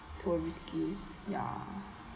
tourist gifts ya